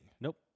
Nope